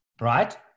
right